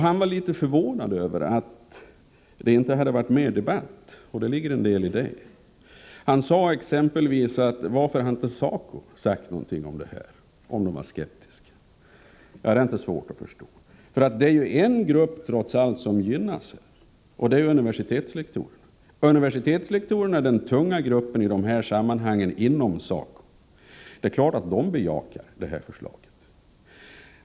Han är förvånad över att det inte har varit mera av debatt, och det ligger en del i det. Han frågade exempelvis varför inte SACO har sagt någonting om dessa tankar, om organisationen nu är skeptisk mot den. Ja, det är inte svårt att förstå. Det är ju trots allt en viss grupp som gynnas, nämligen universitetslektorerna. De är i detta sammanhang den tunga gruppen inom SACO. Det är klart att de bejakar detta förslag.